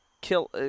kill